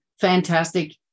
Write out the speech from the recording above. Fantastic